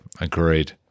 agreed